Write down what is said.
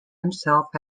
himself